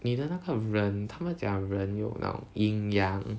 你的那个人他们讲人有那种阴阳